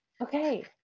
Okay